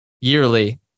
yearly